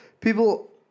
people